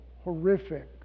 horrific